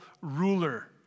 ruler